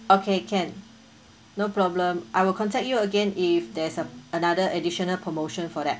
okay can no problem I will contact you again if there's a another additional promotion for that